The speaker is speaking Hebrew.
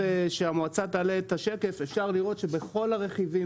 כשהמועצה תעלה את השקף אפשר לראות שבכל הרכיבים